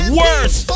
worse